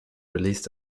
released